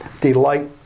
delight